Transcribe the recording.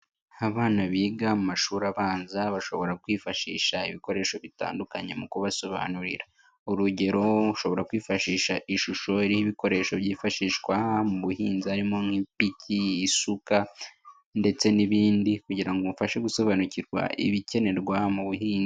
Abana biga mu mashuri abanza bashobora kwifashisha ibikoresho bitandukanye mu kubasobanurira. Urugero ushobora kwifashisha ishusho iriho ibikoresho byifashishwa mu buhinzi harimo nk'ipiki, isuka ndetse n'ibindi kugira ngo umufashe gusobanukirwa ibikenerwa mu buhinzi.